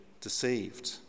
deceived